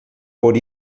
por